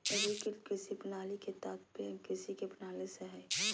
एग्रीकृत कृषि प्रणाली के तात्पर्य कृषि के प्रणाली से हइ